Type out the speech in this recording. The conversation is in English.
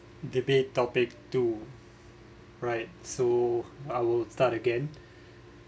debate topic two right so I will start again